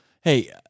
Hey